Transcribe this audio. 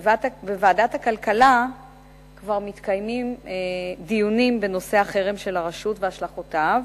בוועדת הכלכלה כבר מתקיימים דיונים בנושא החרם של הרשות והשלכותיו,